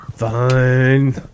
Fine